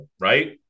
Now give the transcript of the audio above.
right